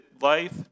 life